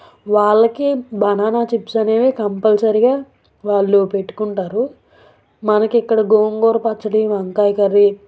వాళ్ళకి banana chips అనేవి కంపల్సరిగా వాళ్ళు పెట్టుకుంటారు మనకి ఇక్కడ గోంగూర పచ్చడి వంకాయ కర్రీ